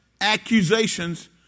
accusations